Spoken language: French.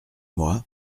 moi